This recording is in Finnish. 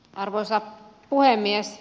arvoisa puhemies